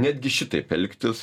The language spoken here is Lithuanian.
netgi šitaip elgtis